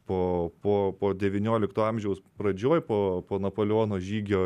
po po po devyniolikto amžiaus pradžioj po po napoleono žygio